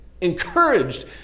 encouraged